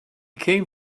came